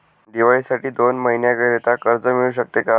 दिवाळीसाठी दोन महिन्याकरिता कर्ज मिळू शकते का?